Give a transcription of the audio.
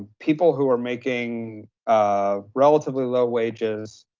people who are making ah relatively low wages,